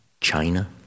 China